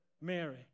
Mary